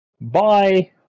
Bye